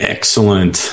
Excellent